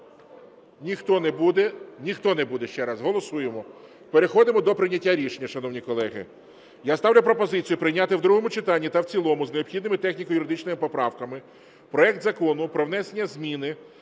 Ніхто не буде, ще раз. Голосуємо. Переходимо до прийняття рішення, шановні колеги. Я ставлю пропозицію прийняти в другому читанні та в цілому з необхідними техніко-юридичними поправками проект Закону про внесення зміни